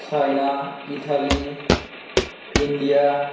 China Italy India